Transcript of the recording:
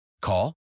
Call